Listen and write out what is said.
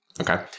okay